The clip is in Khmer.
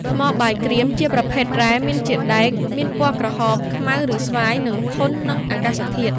ថ្មបាយក្រៀម ជាប្រភេទរ៉ែមានជាតិដែក មានពណ៌ក្រហម ខ្មៅ ឬស្វាយ និងធន់នឹងអាកាសធាតុ។